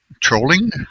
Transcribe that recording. trolling